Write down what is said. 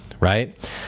right